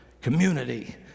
community